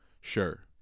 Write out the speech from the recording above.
sure